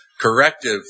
corrective